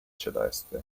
celeste